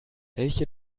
welche